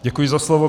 Děkuji za slovo.